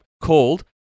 called